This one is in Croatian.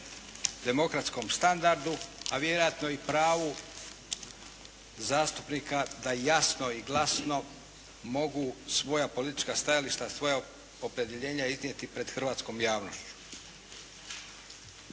demokratskom standardu, a vjerojatno i pravu zastupnika da jasno i glasno mogu svoja politička stajališta, svoja opredjeljenja iznijeti pred hrvatskom javnošću.